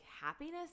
happiness